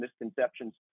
misconceptions